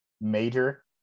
major